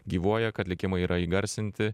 gyvuoja kad likimai yra įgarsinti